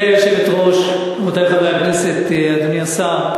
גברתי היושבת-ראש, רבותי חברי הכנסת, אדוני השר,